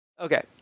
Okay